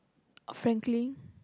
frankly